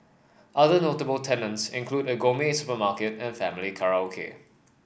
other notable tenants include a gourmet supermarket and family karaoke